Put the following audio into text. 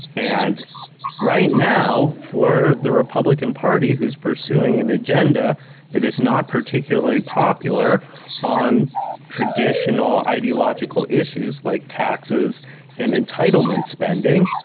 and right now, for the republican party, who's pursuing an agenda that is not particularly popular on traditional ideological issues like taxes and entitlement spending,